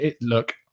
Look